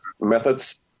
methods